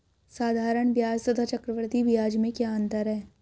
साधारण ब्याज तथा चक्रवर्धी ब्याज में क्या अंतर है?